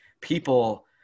people